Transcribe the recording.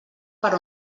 per